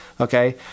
okay